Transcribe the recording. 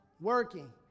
working